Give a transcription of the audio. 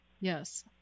Yes